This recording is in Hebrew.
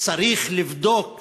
צריך לבדוק